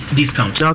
discount